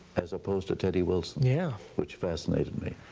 as opposed to teddy wilson, yeah which fascinated me.